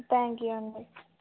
thank you అండి